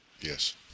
Yes